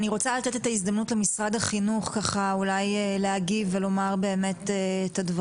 אני רוצה לתת את ההזדמנות למשרד החינוך להגיב ולומר את הדברים.